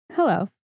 Hello